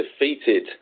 defeated